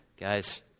Guys